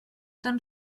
tan